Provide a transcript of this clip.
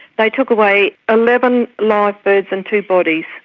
they took away eleven live birds and two bodies.